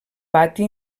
pati